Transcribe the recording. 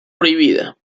prohibida